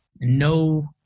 no